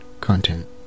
content